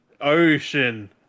ocean